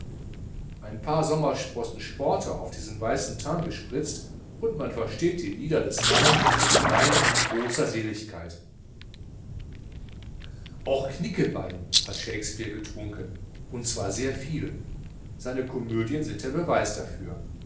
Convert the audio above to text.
ein paar sommersprossen porter auf diesen weißen teint gespritzt und man versteht die lieder des narren und weint in großer seligkeit auch knickebein hat shakespeare getrunken und zwar viel seine komödien sind der beweis dafür